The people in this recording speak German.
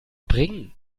bringen